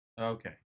Okay